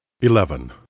Eleven